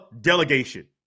delegation